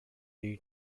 new